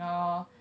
oh